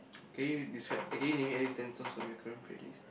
can you describe eh can you name me at least ten songs from your current playlist